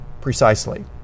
Precisely